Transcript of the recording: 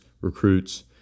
recruits